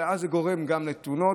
ואז זה גורם גם לתאונות.